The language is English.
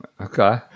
Okay